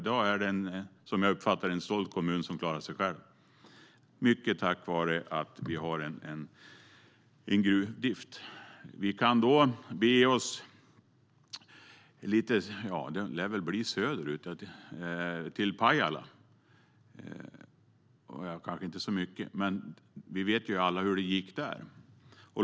I dag är det, som jag uppfattar det, en stolt kommun som klarar sig själv, mycket tack vare att vi har en gruvdrift. Vi kan bege oss lite söderut, till Pajala. Vi vet alla hur det gick där.